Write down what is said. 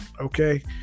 Okay